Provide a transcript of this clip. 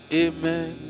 amen